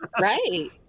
Right